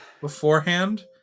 beforehand